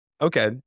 okay